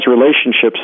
relationships